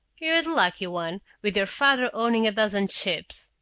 you're the lucky one, with your father owning a dozen ships!